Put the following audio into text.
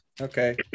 Okay